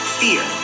fear